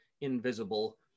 invisible